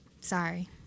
Sorry